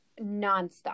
nonstop